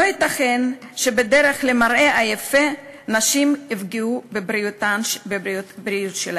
לא ייתכן שבדרך למראה היפה נשים יפגעו בבריאות שלהן.